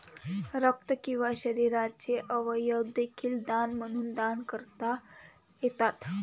रक्त किंवा शरीराचे अवयव देखील दान म्हणून दान करता येतात